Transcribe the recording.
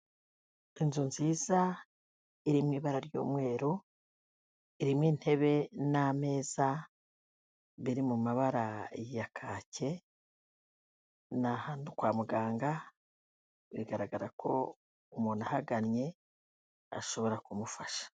Inzu nziza iri mu ibara ry'umweru irimo intebe n'ameza biri mu mabara ya kaki, ni ahantu kwa muganga bigaragara ko umuntu ahagannye bashobora kumufasha.